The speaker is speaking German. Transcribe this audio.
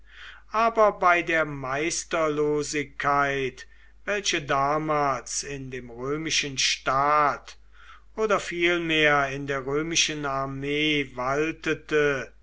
aber bei der meisterlosigkeit welche damals in dem römischen staat oder vielmehr in der römischen armee waltete